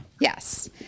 Yes